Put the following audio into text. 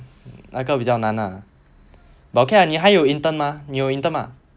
那个比较难 ah 我看你还有 intern mah 你有 intern 吗